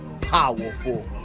powerful